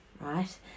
right